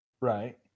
Right